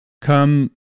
come